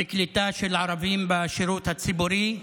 בקליטה של ערבים בשירות הציבורי.